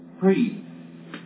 free